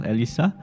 Elisa